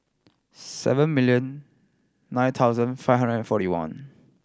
seven million nine thousand five hundred and forty one